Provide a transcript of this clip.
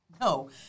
No